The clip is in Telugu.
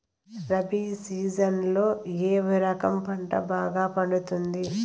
రబి సీజన్లలో ఏ రకం పంట బాగా పండుతుంది